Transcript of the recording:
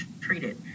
treated